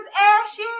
ashy